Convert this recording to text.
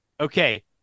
Okay